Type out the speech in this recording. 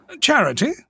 Charity